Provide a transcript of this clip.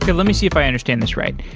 let me see if i understand this right.